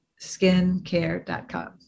skincare.com